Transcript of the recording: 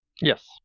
Yes